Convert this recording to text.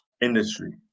industry